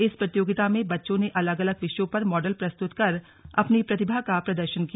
इस प्रतियोगिता में बच्चों ने अलग अलग विषयों पर मॉडल प्रस्तुत कर अपनी प्रतिभा का प्रदर्शन किया